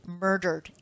murdered